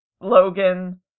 Logan